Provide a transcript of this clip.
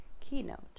Keynote